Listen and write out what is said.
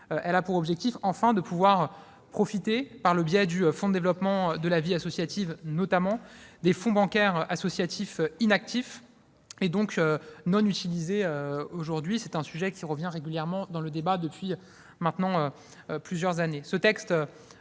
Elle a pour objectif, enfin, de leur permettre de profiter, par le biais du fonds pour le développement de la vie associative, le FDVA, notamment, des fonds bancaires associatifs inactifs, et donc non utilisés aujourd'hui ; ce sujet revient régulièrement dans le débat depuis maintenant plusieurs années.